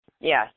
Yes